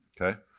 okay